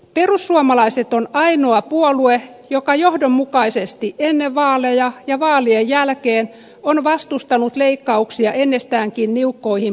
perussuomalaiset on ainoa puolue joka johdonmukaisesti ennen vaaleja ja vaalien jälkeen on vastustanut leikkauksia ennestäänkin niukkoihin puolustusmenoihimme